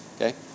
Okay